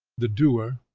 the doer,